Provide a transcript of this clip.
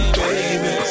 baby